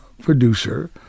producer